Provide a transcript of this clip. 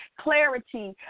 clarity